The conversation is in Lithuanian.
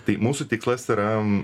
tai mūsų tikslas yra